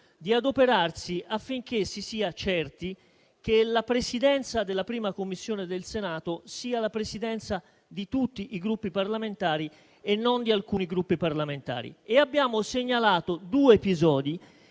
di adoperarsi affinché si sia certi che la Presidenza della 1a Commissione del Senato sia la Presidenza di tutti i Gruppi parlamentari e non solamente di alcuni. Abbiamo segnalato due episodi,